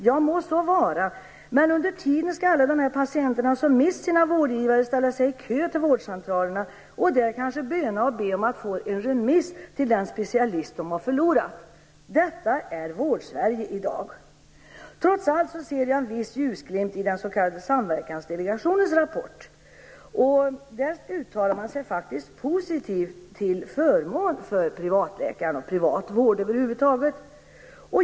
Ja, må så vara, men under tiden skall alla dessa patienter som mist sina vårdgivare ställa sig i kö till vårdcentralerna och där kanske böna be om att få en remiss till den specialist som de har förlorat. Detta är Vårdsverige av i dag! Trots allt ser jag en viss ljusglimt i den s.k. Samverkansdelegationens rapport. Där uttalar man sig positivt och till förmån för privatläkare och privat vård över huvud taget.